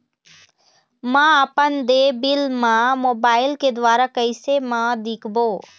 म अपन देय बिल ला मोबाइल के द्वारा कैसे म देखबो?